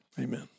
Amen